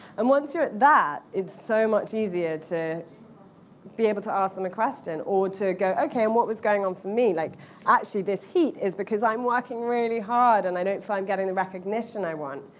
and once you're at that, it's so much easier to be able to ask them a question, or to go, ok, and what was going on for me? like actually this heat is because i'm working really hard and i don't feel i'm getting the recognition i want.